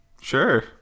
Sure